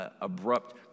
abrupt